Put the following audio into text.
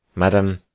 madam,